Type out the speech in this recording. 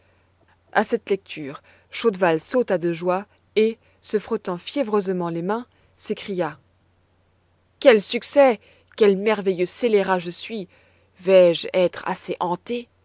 à cette lecture chaudval sauta de joie et se frottant fiévreusement les mains s'écria quel succès quel merveilleux scélérat je suis vais-je être assez hanté